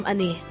Ani